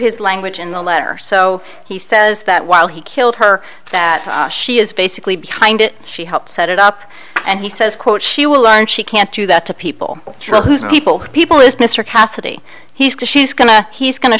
his language in the letter so he says that while he killed her that she is basically behind it she helped set it up and he says quote she will learn she can't do that to people draw his people people is mr cassidy he's just she's going to he's going to